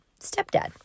stepdad